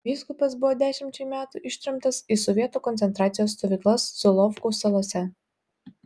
vyskupas buvo dešimčiai metų ištremtas į sovietų koncentracijos stovyklas solovkų salose